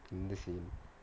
mm